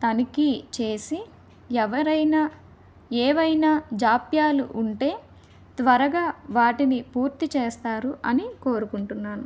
తనఖ చేసి ఎవరైనా ఏమైనా జాప్యాలు ఉంటే త్వరగా వాటిని పూర్తి చేస్తారు అని కోరుకుంటున్నాను